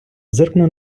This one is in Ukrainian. зиркнув